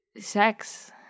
Sex